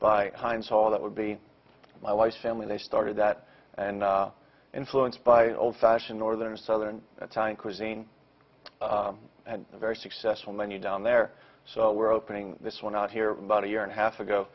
console that would be my wife's family they started that and influenced by old fashioned northern and southern italian cuisine and a very successful menu down there so we're opening this one out here about a year and a half ago